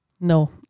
No